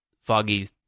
foggy